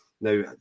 Now